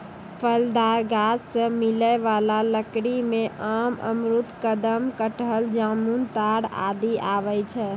फलदार गाछ सें मिलै वाला लकड़ी में आम, अमरूद, कदम, कटहल, जामुन, ताड़ आदि आवै छै